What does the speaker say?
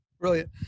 Brilliant